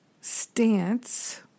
stance